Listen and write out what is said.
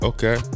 Okay